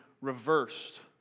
reversed